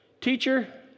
Teacher